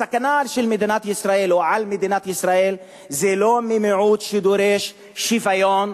הסכנה של מדינת ישראל או על מדינת ישראל היא לא ממיעוט שדורש שוויון,